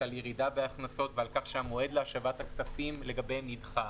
על ירידה בהכנסות ועל כך שהמועד להשבת הכספים לגביהם נדחה.